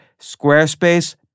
Squarespace